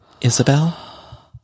Isabel